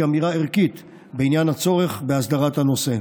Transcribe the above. כאמירה ערכית בעניין הצורך בהסדרת הנושא.